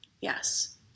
Yes